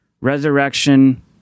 Resurrection